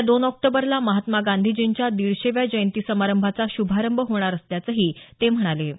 येत्या दोन ऑक्टोबरला महात्मा गांधीजींच्या दिडशेव्या जयंती समारंभाचा श्रभारंभ होणार असल्याचं ते म्हणाले